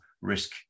risk